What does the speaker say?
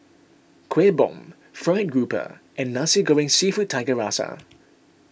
Kueh Bom Fried Grouper and Nasi Goreng Seafood Tiga Rasa